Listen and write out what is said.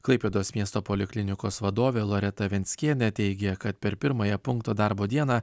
klaipėdos miesto poliklinikos vadovė loreta venckienė teigia kad per pirmąją punkto darbo dieną